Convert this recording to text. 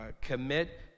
commit